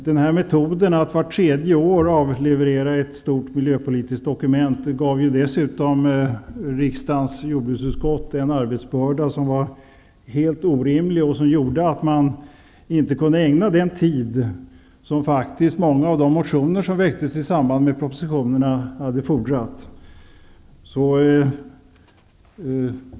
Denna metod att vart tredje år avleverera ett stort miljöpolitiskt dokument gav dessutom riksdagens jordbruksutskott en arbetsbörda som var helt orimlig och som gjorde att man inte kunde ägna den tid som faktiskt många av de motioner som väcktes i samband med propositionerna hade fordrat.